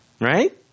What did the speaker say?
Right